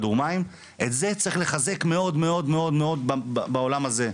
את זה צריך לחזק מאוד מאוד מאוד בעולם הזה.